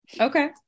Okay